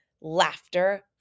laughter